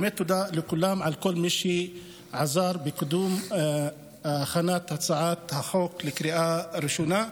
באמת תודה לכל מי שעזר בקידום הכנת הצעת החוק לקריאה ראשונה.